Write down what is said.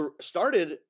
started